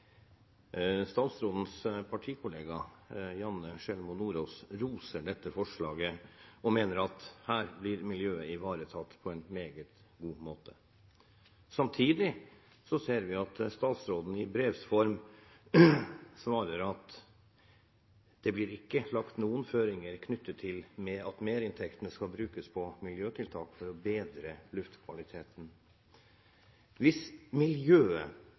Statsrådens partikollega, Janne Sjelmo Nordås, roser dette forslaget og mener at her blir miljøet ivaretatt på en meget god måte. Samtidig ser vi at statsråden i brevs form svarer at det ikke blir lagt noen føringer knyttet til at merinntektene skal brukes på miljøtiltak for å bedre luftkvaliteten. Hvis miljøet